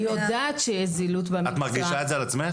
אנחנו זועקים את זה שנים,